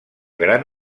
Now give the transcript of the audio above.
gran